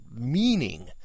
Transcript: meaning